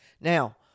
now